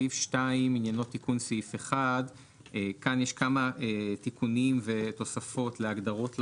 בסעיף 2 יש כמה תיקונים ותוספות להגדרות לחוק.